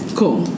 cool